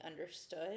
understood